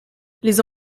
les